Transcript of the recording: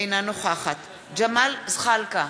אינה נוכחת ג'מאל זחאלקה,